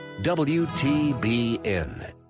WTBN